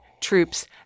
troops